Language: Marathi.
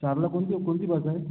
चारला कोणती आहे कोणती बस आहे